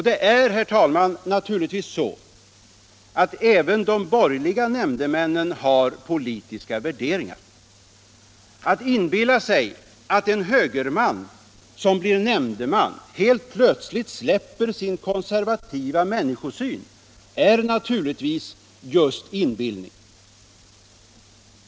Det är självklart så att även de borgerliga nämndemännen har politiska värderingar. Att inbilla sig att en högerman som blir nämndeman helt plötsligt släpper sin konservativa människosyn är givetvis — just inbillning.